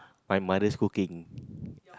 my mother's cooking